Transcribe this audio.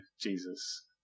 Jesus